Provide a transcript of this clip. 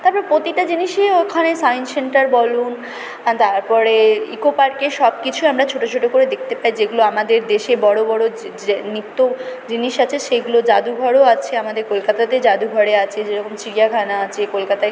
তার পরে প্রতিটা জিনিসই ওখানে সায়েন্স সেন্টার বলুন তার পরে ইকো পার্কে সব কিছু আমরা ছোটো ছোটো করে দেখতে পাই যেগুলো আমাদের দেশে বড় বড় যে নিত্য জিনিস আছে সেইগুলো জাদুঘরও আছে আমাদের কলকাতাতে জাদুঘরে আছে যেরকম চিড়িয়াখানা আছে কলকাতায়